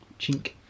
chink